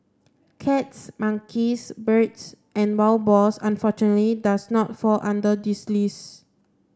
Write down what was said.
cats monkeys birds and wild boars unfortunately does not fall under this list